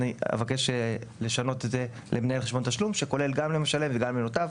אני אבקש לשנות את זה למנהל חשבון תשלום שכולל גם למשלם וגם למוטב,